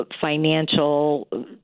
financial